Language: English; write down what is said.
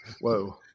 whoa